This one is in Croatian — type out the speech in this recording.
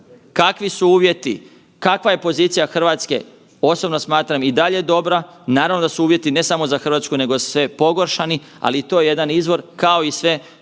Kakvi su uvjeti? Kakva je pozicija RH? Osobno smatram i dalje dobra. Naravno da su uvjeti ne samo za RH nego se pogoršani, ali i to je jedan izvor kao i sve